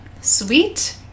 sweet